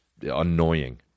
annoying